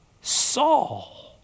Saul